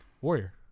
Warrior